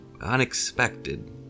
unexpected